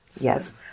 Yes